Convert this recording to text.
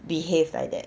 behave like that